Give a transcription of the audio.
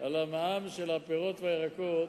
למע"מ על הפירות והירקות,